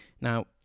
Now